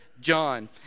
John